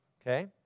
okay